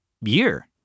year